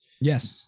Yes